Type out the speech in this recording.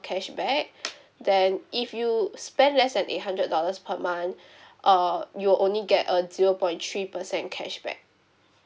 cashback then if you spend less than eight hundred dollars per month uh you'll only get a zero point three percent cashback